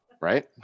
right